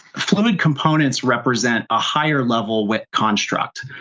fluid components represent a higher level with construct.